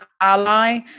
ally